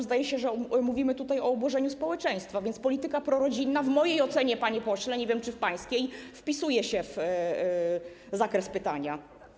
Zdaje się, że mówimy o obłożeniu społeczeństwa, więc polityka prorodzinna w mojej ocenie, panie pośle, nie wiem czy w pańskiej, wpisuje się w zakres pytania.